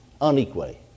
unequally